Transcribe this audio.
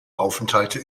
aufenthalte